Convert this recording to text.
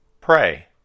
Pray